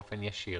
באופן ישיר.